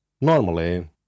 Normally